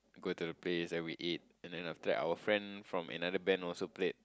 go to the place that we eat and then after that our friends from another band also played